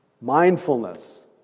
mindfulness